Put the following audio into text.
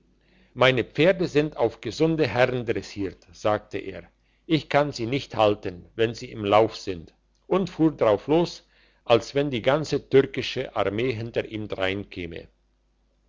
meine pferde sind auf gesunde herrn dressiert sagte er ich kann sie nicht halten wenn sie im lauf sind und fuhr drauf los als wenn die ganze türkische armee hinter ihm dreinkäme